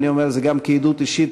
אני אומר את זה גם כעדות אישית,